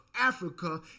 Africa